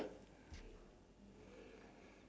but my axe is falling apart leh